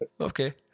okay